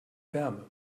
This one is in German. wärme